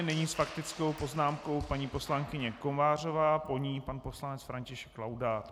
S faktickou poznámkou paní poslankyně Kovářová, po ní pan poslanec František Laudát.